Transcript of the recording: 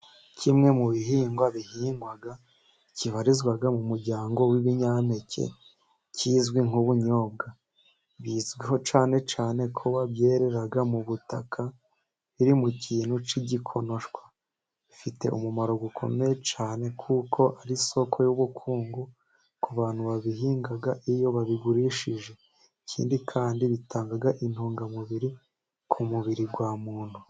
Kimwe mu bihingwa bihingwa kibarizwa mu muryango w'ibinyampeke, kizwi nk'ubunyobwa bizwiho cyane cyane kuba byerera mu butaka, biri mu kintu cy'igikonoshwa bifite umumaro ukomeye cyane, kuko ari isoko y'ubukungu ku bantu babihinga iyo babigurishije, ikindi kandi ritanga intungamubiri ku mubiri w'umuntu.